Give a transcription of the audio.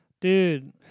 Dude